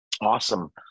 Awesome